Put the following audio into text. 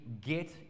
get